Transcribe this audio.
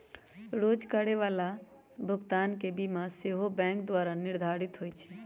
रोज करए जाय बला भुगतान के सीमा सेहो बैंके द्वारा निर्धारित होइ छइ